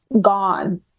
gone